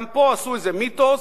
גם פה עשו איזה מיתוס,